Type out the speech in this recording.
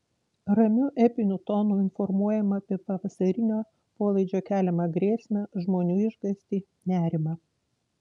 ramiu epiniu tonu informuojama apie pavasarinio polaidžio keliamą grėsmę žmonių išgąstį nerimą